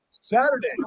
Saturday